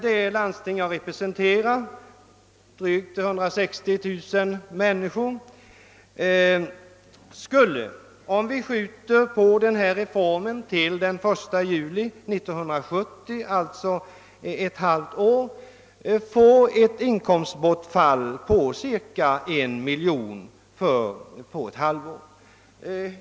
Det landsting som jag representerar och som omfattar drygt 160 000 människor skulle, om vi skjuter på den här reformen till den 1 juli 1970, d.v.s. ett halvt år, få vidkännas ett inkomstbortfall på ca 1 miljon kr.